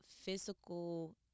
physical